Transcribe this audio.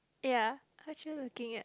ya what you looking at